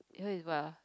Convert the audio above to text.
here is what ah